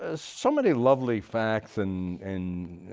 ah so many lovely facts, and and